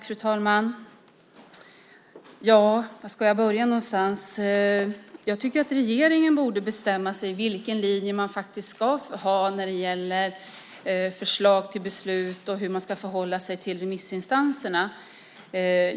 Fru talman! Var ska jag börja någonstans? Jag tycker att regeringen borde bestämma sig för vilken linje man ska ha när det gäller förslag till beslut och hur man ska förhålla sig till remissinstanserna.